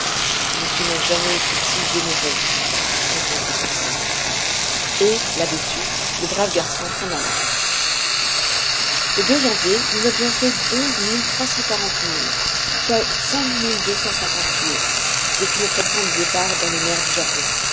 monsieur n'a jamais été si généreux répondit conseil et là-dessus le brave garçon s'en alla le janvier nous avions fait onze mille trois cent quarante milles soit cinq mille deux cent cinquante lieues depuis notre point de départ dans les mers du japon